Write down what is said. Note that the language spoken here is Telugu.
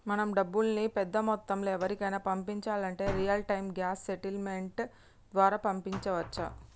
మనం డబ్బుల్ని పెద్ద మొత్తంలో ఎవరికైనా పంపించాలంటే రియల్ టైం గ్రాస్ సెటిల్మెంట్ ద్వారా పంపించవచ్చు